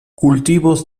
cultivos